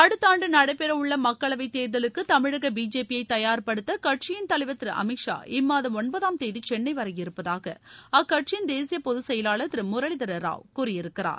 அடுத்த ஆண்டு நடைபெற உள்ள மக்களவைத் தேர்தலுக்கு தமிழக பிஜேபியை தயார்படுத்த கட்சியின் தலைவர் திரு அமித் ஷா இம்மாதம் ஒன்பதாம் தேதி சென்னை வர இருப்பதாக அக்கட்சியின் தேசிய பொதுச் செயலாளர் திரு முரளிதர ராவ் தெரிவித்துள்ளார்